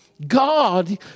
God